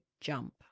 jump